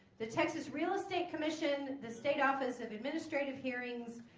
the texas real estate commission, the state office of administrative hearings,